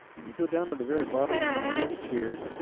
well, go down to the very bottom of my list here.